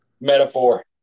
Metaphor